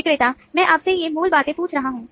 विक्रेता मैं आपसे ये मूल बातें पूछ रहा हूँ